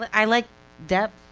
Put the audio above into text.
i like depth.